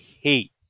hate